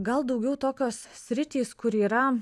gal daugiau tokios sritys kur yra